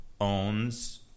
owns